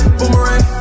boomerang